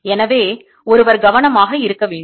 எனவே ஒருவர் கவனமாக இருக்க வேண்டும்